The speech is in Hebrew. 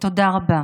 תודה רבה.